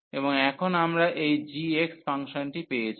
এবং এখন আমরা এই gx ফাংশনটি পেয়েছি